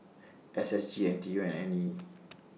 S S G N T U and I E